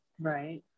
right